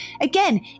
Again